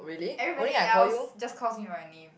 everybody else just calls me my name